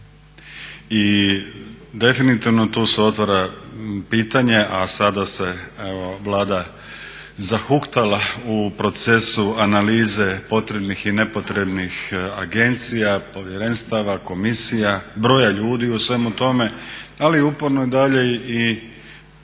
I definitivno tu se otvara pitanje, a sada se evo Vlada zahuktala u procesu analize potrebnih i nepotrebnih agencija, povjerenstava, komisija, broja ljudi u svemu tome. Ali uporno dalje i